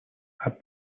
are